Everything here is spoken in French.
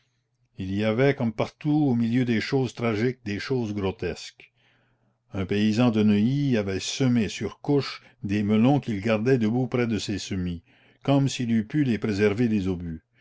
il y avait comme partout au milieu des choses tragiques des choses grotesques un paysan de neuilly avait semé sur couche des melons qu'il gardait debout près de ses semis comme s'il eût pu les préserver des obus